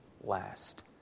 last